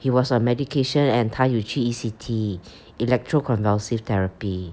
he on a medication and 他有去 E_C_T electroconvulsive therapy